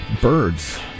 Birds